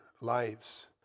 lives